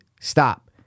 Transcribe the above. stop